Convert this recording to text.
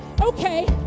okay